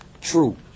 true